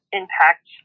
impact